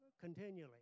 continually